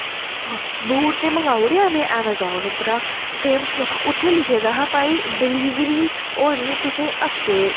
हां बूट ते मंगाई ओड़ेआ में ऐमाज़ान उप्परा उत्थै लिखे दा हा भाई डलीवरी होनी तु'सें ई हफ्ते